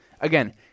again